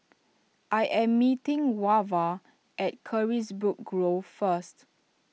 I am meeting Wava at Carisbrooke Grove first